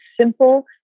simple